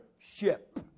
Ship